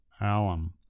alum